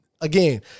again